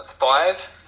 five